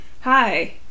hi